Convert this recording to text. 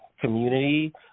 community